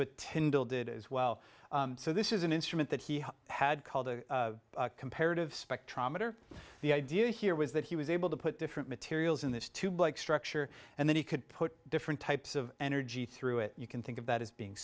what tindall did as well so this is an instrument that he had called comparative spectrometer the idea here was that he was able to put different materials in this tube like structure and then he could put different types of energy through it you can think of that as being